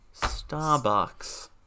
Starbucks